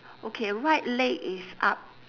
okay right leg is up